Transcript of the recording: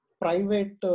private